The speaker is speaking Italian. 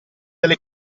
delle